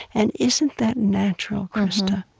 and isn't that natural, krista?